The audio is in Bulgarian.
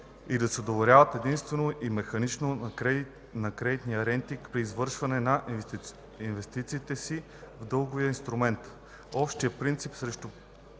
и да не се доверяват единствено и механично на кредитни рейтинга при извършването на инвестициите си в дългови инструменти. Общият принцип срещу